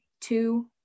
two